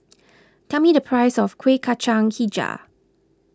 tell me the price of Kueh Kacang HiJau